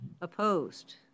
Opposed